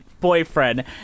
boyfriend